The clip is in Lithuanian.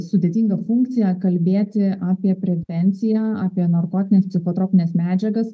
sudėtinga funkcija kalbėti apie prevenciją apie narkotines psichotropines medžiagas